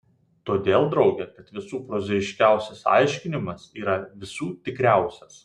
todėl drauge kad visų prozaiškiausias aiškinimas yra visų tikriausias